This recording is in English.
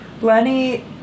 Lenny